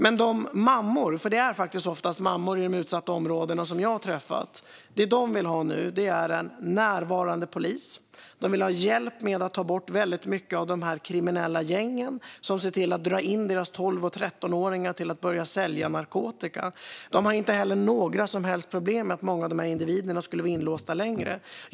Men vad de mammor - för det är faktiskt oftast mammor - som jag har träffat i de utsatta områdena vill ha är en närvarande polis och hjälp med att få bort de kriminella gäng som drar in deras tolv och trettonåringar i att börja sälja narkotika. Mammorna har inte några som helst problem med att många av dessa individer skulle vara inlåsta längre.